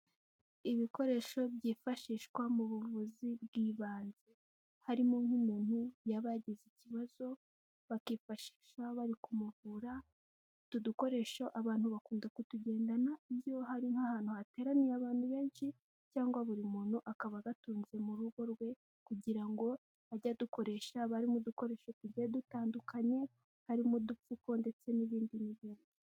Ibikoresho byifashishwa mu buvuzi bw'ibanze, harimo nk'umuntu yaba yagize ikibazo bakifashisha bari kumuvura, utu dukoresho abantu bakunda kutugendana, iyo hari nk'ahantu hateraniye abantu benshi, cyangwa buri muntu akaba agatunze mu rugo rwe, kugira ngo ajye adukoresha haba harimo udukoresho tugenda dutandukanye, harimo udupfuko ndetse n'ibindi bintu.